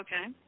Okay